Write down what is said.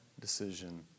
decision